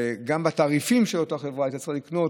גם בתעריפים של אותה חברה היית צריך לקנות